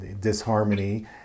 disharmony